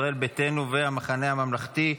ישראל ביתנו והמחנה הממלכתי,